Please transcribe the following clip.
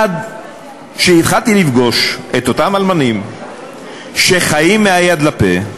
עד שהתחלתי לפגוש את אותם אלמנים שחיים מהיד לפה,